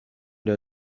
der